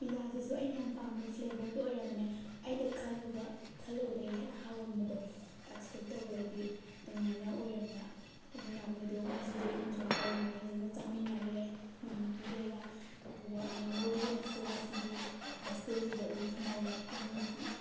ꯄꯤꯖꯥꯁꯤꯁꯨ ꯑꯩꯅ ꯌꯥꯝ ꯄꯥꯝꯕ ꯐ꯭ꯂꯦꯕꯔꯗꯣ ꯑꯣꯔꯝꯃꯦ ꯑꯩꯅ ꯈꯜꯂꯨꯕ ꯈꯜꯂꯨꯕꯗꯒꯤ ꯍꯦꯟꯅ ꯍꯥꯎꯔꯝꯕꯗꯣ ꯑꯦꯛꯁꯄꯦꯛ ꯇꯧꯕꯗꯒꯤ ꯑꯗꯨꯝꯃꯥꯏꯅ ꯑꯣꯏꯔꯝꯕ ꯑꯗꯨꯅ ꯑꯩꯈꯣꯏꯗꯣ ꯉꯁꯤꯗꯣ ꯏꯟꯖꯣꯏ ꯇꯧꯔꯦ ꯐꯖꯅ ꯆꯥꯃꯤꯟꯅꯈ꯭ꯔꯦ ꯏꯃꯥꯟꯅꯕꯤꯈꯩꯒ ꯑꯗꯨꯒ ꯃꯦꯃꯣꯔꯤ ꯑꯃꯁꯨ ꯉꯁꯤꯒꯤ ꯍꯣꯁꯇꯦꯜꯁꯤꯗ ꯑꯗꯨꯝ ꯊꯝꯍꯧꯔꯦ ꯑꯦꯝ ꯏꯌꯨꯒꯤ